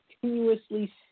continuously